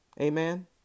Amen